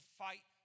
fight